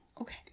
okay